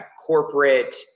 corporate